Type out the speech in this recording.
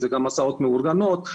זה גם הסעות מאורגנות,